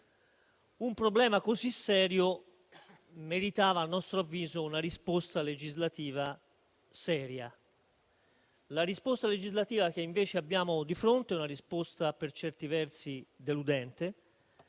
Un problema così serio meritava, a nostro avviso, una risposta legislativa seria. La risposta legislativa che invece abbiamo di fronte è per certi versi deludente,